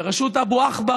בראשות אבו עכבר,